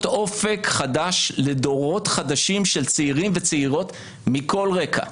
אופק חדש לדורות חדשים של צעירים וצעירות מכל רקע,